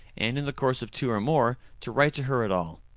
and in the course of two or more to write to her at all.